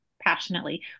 passionately